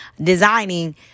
designing